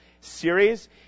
series